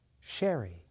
sherry